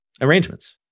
arrangements